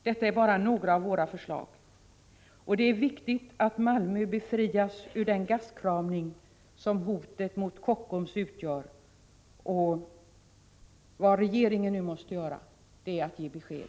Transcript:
Detta är bara några av våra förslag. Det är viktigt att Malmö befrias ur den gastkramning som hotet mot Kockums utgör. Vad regeringen nu måste göra är att ge besked.